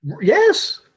Yes